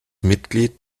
mitglied